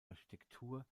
architektur